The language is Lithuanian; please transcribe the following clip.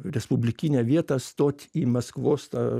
respublikinę vietą stot į maskvos tą